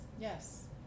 Yes